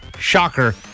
Shocker